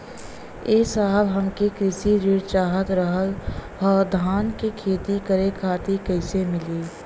ए साहब हमके कृषि ऋण चाहत रहल ह धान क खेती करे खातिर कईसे मीली?